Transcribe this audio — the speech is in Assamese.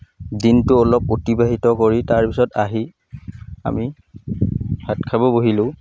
দিনটো অলপ অতিবাহিত কৰি তাৰ পিছত আহি আমি ভাত খাব বহিলোঁ